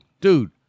dude